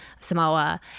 Samoa